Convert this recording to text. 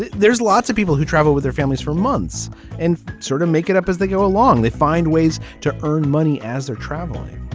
there's lots of people who travel with their families for months and sort of make it up as they go along. they find ways to earn money as they're traveling.